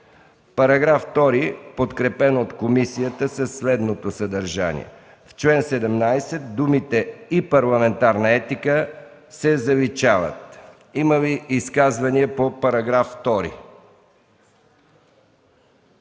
Параграф 2, подкрепен от комисията, е със следното съдържание: „§ 2. В чл. 17 думите „и парламентарна етика” се заличават.” Има ли изказвания по § 2?